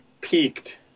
peaked